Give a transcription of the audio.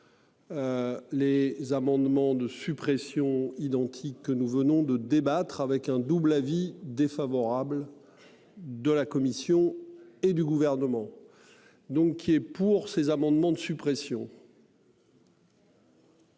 Les amendements de suppression identiques que nous venons de débattre avec un double avis défavorable. De la commission et du gouvernement. Donc qui est pour ces amendements de suppression.